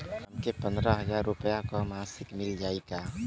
हमके पन्द्रह हजार रूपया क मासिक मिल जाई का?